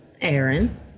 Aaron